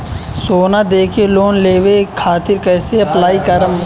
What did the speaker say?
सोना देके लोन लेवे खातिर कैसे अप्लाई करम?